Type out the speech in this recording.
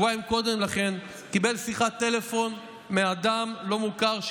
שבועיים קודם לכן קיבל שיחת טלפון מאדם לא מוכר,